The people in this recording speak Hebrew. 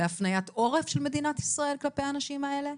להפניית עורף של מדינת ישראל כלפי האנשים האלה,